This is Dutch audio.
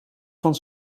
van